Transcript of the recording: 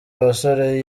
abasore